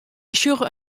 sjogge